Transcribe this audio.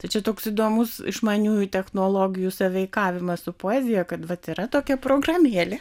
tai čia toks įdomus išmaniųjų technologijų sąveikavimas su poezija kad vat yra tokia programėlė